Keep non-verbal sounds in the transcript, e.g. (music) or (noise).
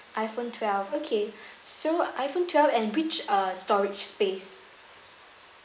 iPhone twelve okay (breath) so iPhone twelve and which uh storage space